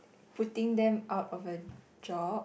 putting them out of a job